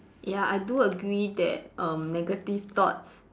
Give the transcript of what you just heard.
ya I do agree that um negative thoughts